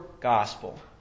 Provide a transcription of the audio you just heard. gospel